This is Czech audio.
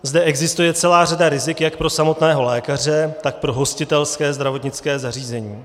Zde existuje celá řada rizik jak pro samotného lékaře, tak pro hostitelské zdravotnické zařízení.